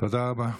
תודה רבה.